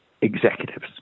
executives